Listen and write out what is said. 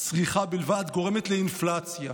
צריכה בלבד גורמת לאינפלציה.